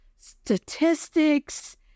statistics